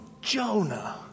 Jonah